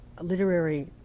literary